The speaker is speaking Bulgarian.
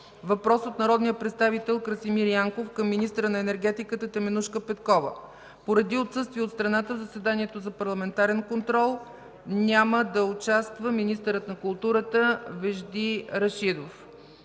въпрос от народния представител Красимир Янков към министъра на енергетиката Теменужка Петкова. Поради отсъствие от страната в заседанието за парламентарен контрол няма да участва министърът на културата Вежди Рашидов.